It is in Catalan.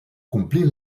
complint